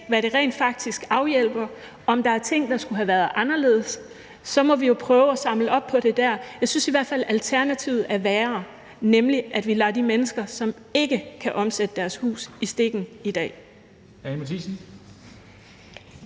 hvad det rent faktisk afhjælper, og om der er ting, der skulle have været anderledes. Så må vi jo prøve at samle op på det dér. Jeg synes i hvert fald, at alternativet er værre, nemlig at vi i dag lader de mennesker, som ikke kan omsætte deres hus, i stikken. Kl.